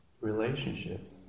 relationship